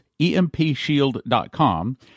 EMPShield.com